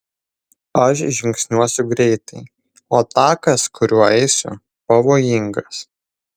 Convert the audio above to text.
aš žingsniuosiu greitai o takas kuriuo eisiu pavojingas